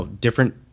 different